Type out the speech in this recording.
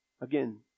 Again